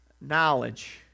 knowledge